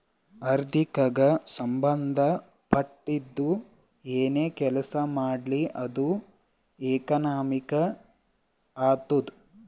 ಆರ್ಥಿಕಗ್ ಸಂಭಂದ ಪಟ್ಟಿದ್ದು ಏನೇ ಕೆಲಸಾ ಮಾಡ್ಲಿ ಅದು ಎಕನಾಮಿಕ್ ಆತ್ತುದ್